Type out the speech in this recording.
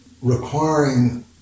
requiring